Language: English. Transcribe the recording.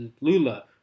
Lula